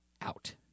out